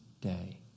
Day